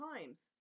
times